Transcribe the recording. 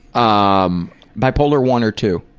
um bipolar one or two?